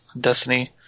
Destiny